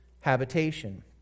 habitation